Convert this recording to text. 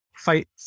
Fight